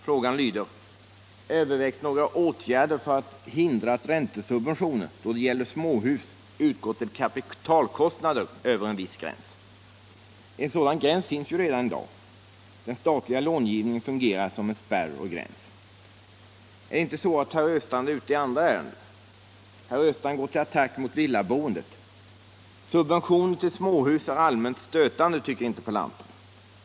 Frågan lyder: ”Övervägs några åtgärder för att hindra att räntesubventioner då det gäller småhus utgår för kapitalkostnader över en viss gräns?” En sådan gräns finns ju redan i dag. Den statliga lånegivningen fungerar som en spärr och gräns. Är det inte så att herr Östrand är ute i andra ärenden? Herr Östrand går till attack mot villaboendet. Subventioner till småhus är allmänt stötande, tycker interpellanten.